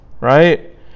right